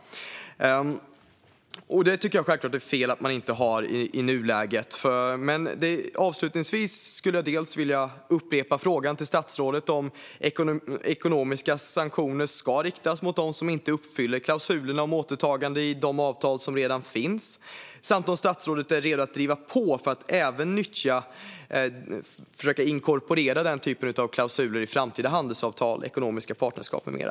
Jag tycker självklart att det är fel att man inte har detta i nuläget. Avslutningsvis skulle jag vilja upprepa min fråga till statsrådet: Ska ekonomiska sanktioner riktas mot dem som inte uppfyller klausulerna om återtagande i de avtal som redan finns? Och är statsrådet beredd att driva på för att försöka inkorporera denna typ av klausuler i framtida handelsavtal, ekonomiska partnerskap med mera?